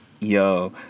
Yo